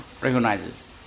recognizes